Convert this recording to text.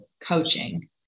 coaching